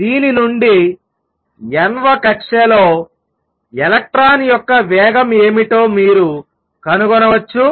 దీని నుండి n వ కక్ష్యలో ఎలక్ట్రాన్ యొక్క వేగం ఏమిటో మీరు కనుగొనవచ్చు